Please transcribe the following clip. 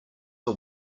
are